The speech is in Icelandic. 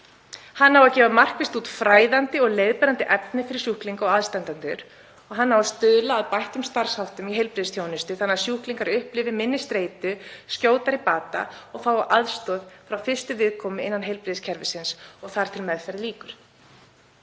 Hann á að gefa markvisst út fræðandi og leiðbeinandi efni fyrir sjúklinga og aðstandendur og hann á að stuðla að bættum starfsháttum í heilbrigðisþjónustu þannig að sjúklingar upplifi minni streitu, skjótari bata og fái aðstoð frá fyrstu viðkomu innan heilbrigðiskerfisins og þar til meðferð lýkur.